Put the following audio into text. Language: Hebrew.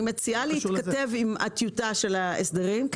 אני מציעה להתכתב עם הטיוטה של ההסדרים,